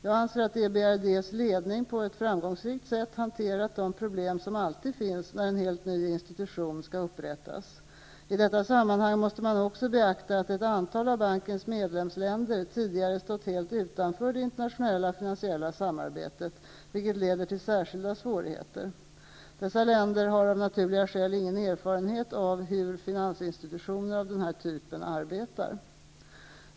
Jag anser att EBRD:s ledning på ett framgångsrikt sätt hanterat de problem som alltid finns när en helt ny institution skall inrättas. I detta sammanhang måste man också beakta att ett antal av bankens medlemsländer tidigare stått helt utanför det internationella finansiella samarbetet, vilket leder till särskilda svårigheter. Dessa länder har av naturliga skäl ingen erfarenhet av hur finansinstitutioner av denna typ arbetar.